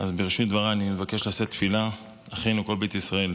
אז בראשית דבריי אני מבקש לשאת תפילה: אחינו כל בית ישראל